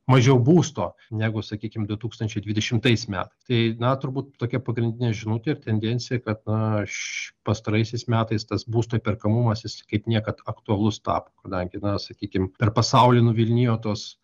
mažiau būsto negu sakykim du tūkstančiai dvidešimtais metais tai na turbūt tokia pagrindinė žinutė ir tendencija kad na aš pastaraisiais metais tas būsto įperkamumas jis kaip niekad aktualus tapo kadangi na sakykim per pasaulį nuvilnijo tos